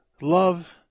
Love